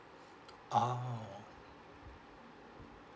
ah oo